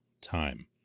time